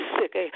sick